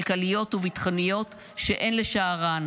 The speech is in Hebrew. כלכליות וביטחוניות שאין לשערן,